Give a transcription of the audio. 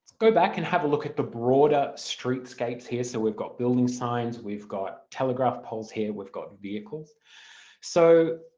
go back and have a look at the broader streetscapes here so we've got building signs, we've got telegraph poles here, we've got vehicles so